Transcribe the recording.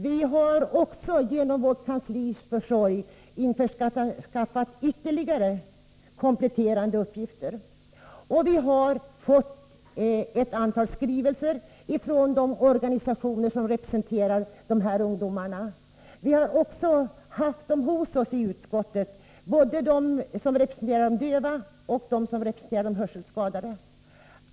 Vi har också genom vårt kanslis försorg införskaffat ytterligare kompletterande uppgifter, och vi har fått ett antal skrivelser från de organisationer som ifrågavarande ungdomar tillhör. Vi har också hos oss i utskottet haft företrädare för de döva och för de hörselskadade.